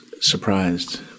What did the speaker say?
surprised